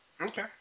Okay